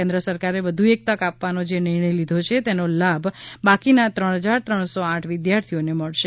કેન્દ્ર સરકારે વધુ એક તક આપવાનો જે નિર્ણય લીધો છે તેનો લાભ બાકીના ત્રણ હજાર ત્રણસો આઠ વિદ્યાર્થીઓને મળશે